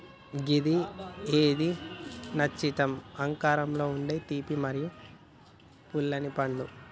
గిది ఏంది నచ్చత్రం ఆకారంలో ఉండే తీపి మరియు పుల్లనిపండు